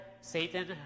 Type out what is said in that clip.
Satan